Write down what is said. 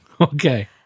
Okay